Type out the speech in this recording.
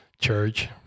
church